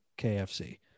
KFC